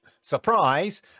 Surprise